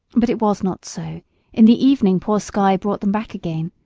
but it was not so in the evening poor skye brought them back again,